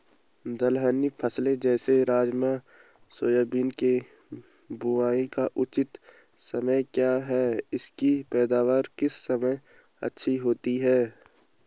दलहनी फसलें जैसे राजमा सोयाबीन के बुआई का उचित समय क्या है इसकी पैदावार किस समय अच्छी होती है?